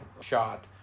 shot